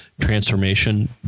transformation